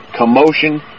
commotion